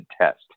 test